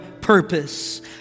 purpose